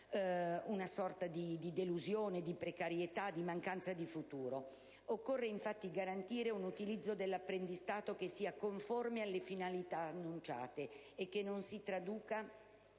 una sorta di delusione, di precarietà e di mancanza di futuro. Occorre, infatti, garantire un utilizzo dell'apprendistato che sia conforme alle finalità annunciate e che non si traduca